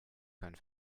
können